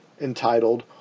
entitled